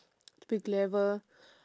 to be clever